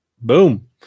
Boom